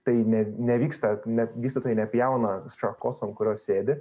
tai ne nevyksta net vystytojai nepjauna šakos ant kurios sėdi